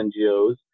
ngos